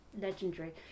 legendary